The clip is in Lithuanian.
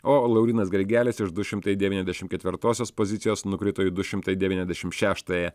o laurynas grigelis iš du šimtai devyniasdešim ketvirtosios pozicijos nukrito į du šimtai devyniasdešim šeštąją